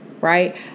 right